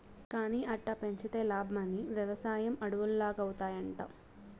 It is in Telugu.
కానీ అట్టా పెంచితే లాబ్మని, వెవసాయం అడవుల్లాగౌతాయంట